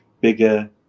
bigger